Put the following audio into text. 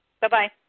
Bye-bye